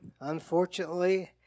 unfortunately